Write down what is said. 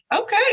Okay